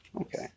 Okay